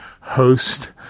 host